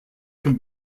can